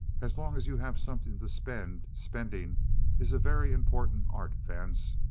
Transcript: as long as you have something to spend, spending is a very important art, vance.